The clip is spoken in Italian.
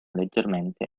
leggermente